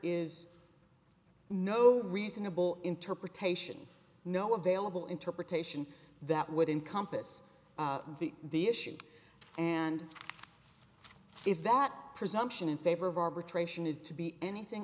is no reasonable interpretation no available interpretation that would encompass the the issue and if that presumption in favor of arbitration is to be anything